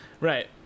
Right